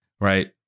right